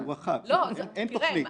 אין תכנית.